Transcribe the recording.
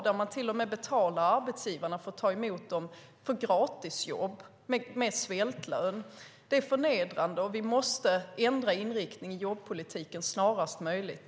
Man betalar till och med arbetsgivarna för att ta emot dem för gratisjobb med svältlön. Det är förnedrande. Vi måste ändra inriktning i jobbpolitiken snarast möjligt.